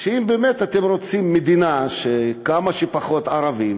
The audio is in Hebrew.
אם באמת אתם רוצים מדינה שיהיו בה כמה שפחות ערבים,